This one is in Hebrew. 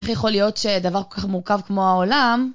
איך יכול להיות שדבר כל כך מורכב כמו העולם?